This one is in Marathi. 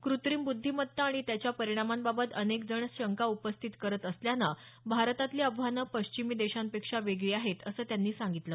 कृत्रीम बुद्धीमत्ता आणि त्याच्या परिणांमाबाबत अनेक जण शंका उपस्थित करत असल्यानं भारतातली आव्हानं पश्चिमी देशांपेक्षा वेगळी आहेत असं त्यांनी सांगितलं